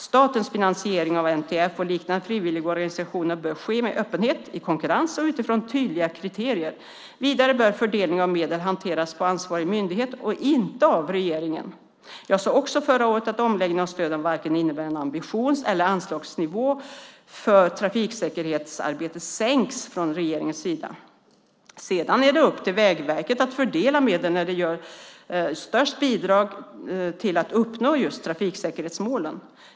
Statens finansiering av NTF och liknande frivilligorganisationer bör ske med öppenhet, i konkurrens och utifrån tydliga kriterier. Vidare bör fördelning av medel hanteras av ansvarig myndighet och inte av regeringen. Jag sade också förra året att en omläggning av stödet inte innebär att vare sig ambitions eller anslagsnivån för trafiksäkerhetsarbetet sänks från regeringens sida. Sedan är det upp till Vägverket att fördela medel dit där de bidrar mest till att uppnå trafiksäkerhetsmålen.